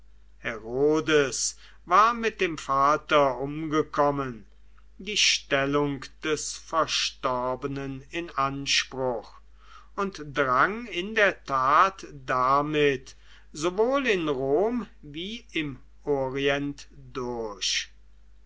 herodes war mit dem vater umgekommen die stellung des verstorbenen in anspruch und drang in der tat damit sowohl in rom wie im orient durch